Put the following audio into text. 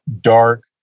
dark